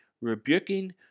rebuking